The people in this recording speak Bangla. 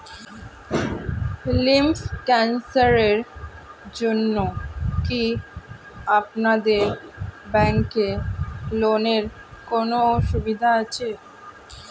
লিম্ফ ক্যানসারের জন্য কি আপনাদের ব্যঙ্কে লোনের কোনও সুবিধা আছে?